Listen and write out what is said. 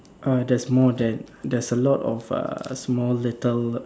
uh there's more than there's a lot of uh small little